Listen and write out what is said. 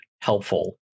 helpful